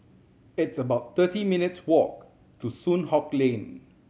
it's about thirty minutes' walk to Soon Hock Lane